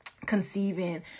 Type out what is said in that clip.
conceiving